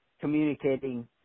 communicating